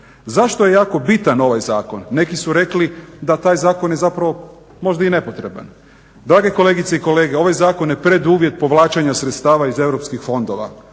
Zašto je jako bitan ovaj zakon? Neki su rekli da je taj zakon zapravo nepotreban. Drage kolegice i kolege ovaj zakon je preduvjet povlačenja sredstava iz Europskih fondova,